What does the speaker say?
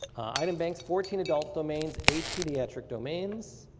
item banks, fourteen adult domains, eight pediatric domains.